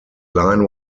line